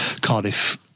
Cardiff